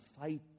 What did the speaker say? fight